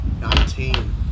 Nineteen